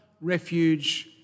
refuge